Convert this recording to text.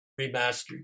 remastered